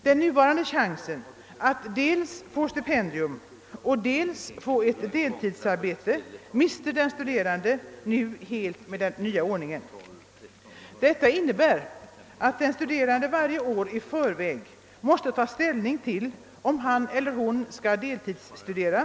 Den nuvarande chansen att dels få stipendium, dels ha ett deltidsarbete mister den studerande helt i och med den nya ordningen. Detta innebär att den studerande varje år i förväg måste ta ställning till om han eller hon skall heltidsstudera.